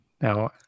Now